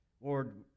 Lord